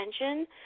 attention